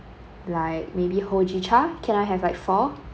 like maybe hojicha can I have like four